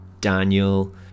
Daniel